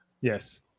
Yes